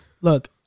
Look